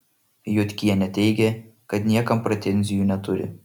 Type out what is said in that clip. jodkienė teigė kad niekam pretenzijų neturi